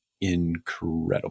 incredible